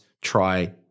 try